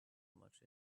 much